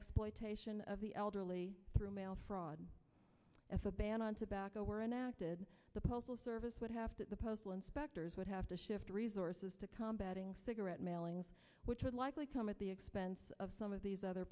exploitation of the elderly through mail fraud as the ban on tobacco were enacted the postal service would have to the postal inspectors would have to shift resources to combating cigarette mailings which would likely come at the expense of some of these other